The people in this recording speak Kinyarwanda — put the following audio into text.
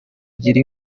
gira